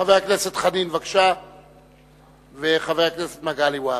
חבר הכנסת דב חנין וחבר הכנסת מגלי והבה.